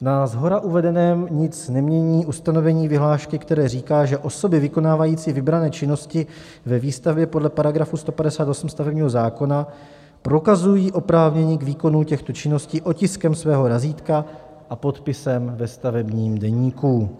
Na shora uvedeném nic nemění ustanovení vyhlášky, které říká, že osoby vykonávající vybrané činnosti ve výstavbě podle § 158 stavebního zákona prokazují oprávnění k výkonu těchto činností otiskem svého razítka a podpisem ve stavebním deníku.